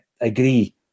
agree